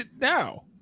now